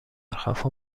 خفا